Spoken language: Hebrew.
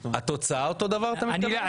התוצאה אותו דבר אתה מתכוון?